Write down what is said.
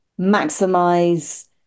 maximize